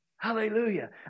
Hallelujah